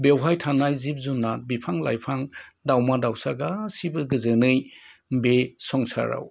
बेवहाय थानाय जिब जुनात बिफां लाइफां दावमा दावसा गासिबो गोजोनै बे संसाराव